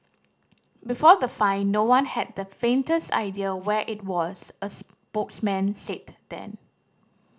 before the find no one had the faintest idea where it was a spokesman said then